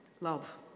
love